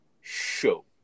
show